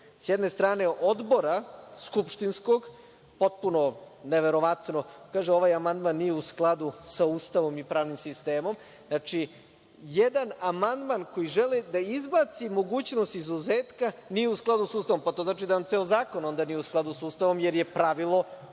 sa jedne strane skupštinskog odbora, potpuno neverovatno, kaže ovaj amandman nije u skladu sa Ustavom i pravnim sistemom. Znači, jedan amandman koji želi da izbaci mogućnost izuzetka nije u skladu sa Ustavom. To znači da ceo zakon onda nije u skladu sa Ustavom, jer je pravilo ugrađeno